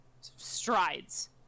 strides